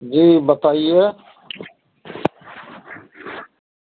जी बताइए